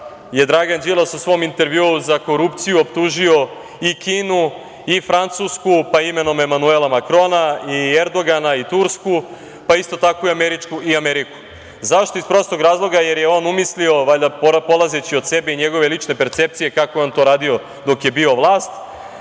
je Dragan Đilas u svom intervjuu za korupciju optužio i Kinu i Francusku, pa imenovao Emanuela Makrona i Erdogana i Tursku, pa isto tako i Ameriku. Zašto? Iz prostog razloga jer je on umislio, valjda polazeći od sebe i njegove lične percepcije, kako je on to radio dok je bio vlast,